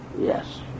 Yes